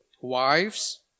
Wives